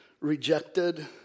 rejected